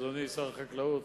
אדוני שר החקלאות,